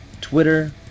Twitter